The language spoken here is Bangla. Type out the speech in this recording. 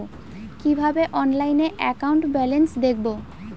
কিভাবে অনলাইনে একাউন্ট ব্যালেন্স দেখবো?